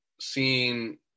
seeing